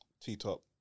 T-Top